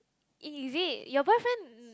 is it your boyfriend